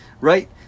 right